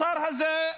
השר הזה,